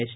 S